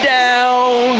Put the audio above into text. down